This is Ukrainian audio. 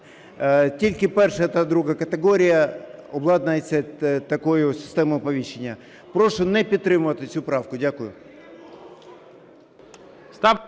тільки перша та друга категорія обладнується такою системою оповіщення. Прошу не підтримувати цю правку. Дякую.